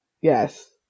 Yes